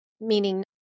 meaning